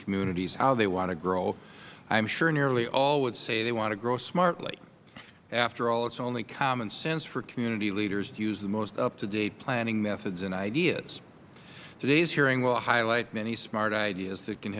communities how they want to grow i am sure nearly all would say they want to grow smartly after all it is only common sense for community leaders to use the most up to date planning methods and ideas today's hearing will highlight many smart ideas that can